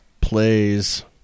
plays